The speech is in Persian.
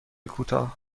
کوتاه